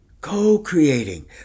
Co-creating